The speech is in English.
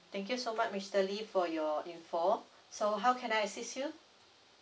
thank you so much mister lee for your info so how can I assist you